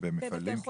במפעלים?